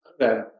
okay